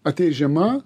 ateis žiema